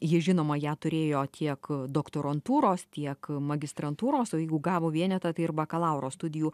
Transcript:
jie žinoma ją turėjo tiek doktorantūros tiek magistrantūros o jeigu gavo vienetą tai ir bakalauro studijų